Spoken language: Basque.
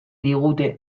digute